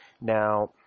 Now